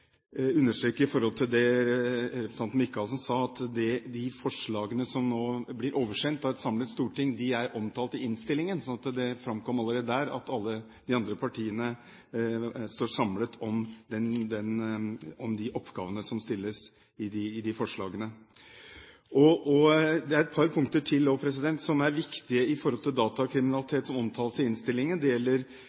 representanten Michaelsen sa, at de forslagene som nå blir oversendt av et samlet storting, er omtalt i innstillingen, slik at det framkommer allerede der at alle de andre partiene står samlet om de forslagene. Det er også et par punkter til som er viktige når det gjelder datakriminalitet, og som omtales i innstillingen. Det gjelder